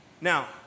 Now